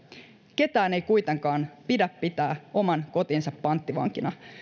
ketään ei kuitenkaan pidä pitää oman kotinsa panttivankina